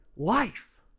Life